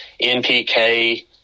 NPK